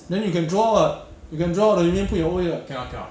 then you can draw [what] you can draw the remaining and put your O_A [what]